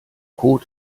code